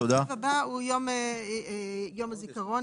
יום הזיכרון.